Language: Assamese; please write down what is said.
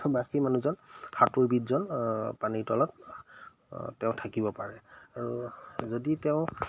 বা সেই মানুহজন সাঁতোৰবিদজন পানীৰ তলত তেওঁ থাকিব পাৰে আৰু যদি তেওঁ